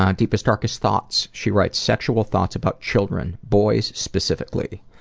um deepest, darkest thoughts? she writes, sexual thoughts about children. boys specifically.